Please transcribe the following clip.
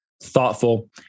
thoughtful